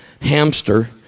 hamster